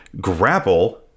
Grapple